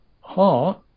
heart